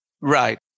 Right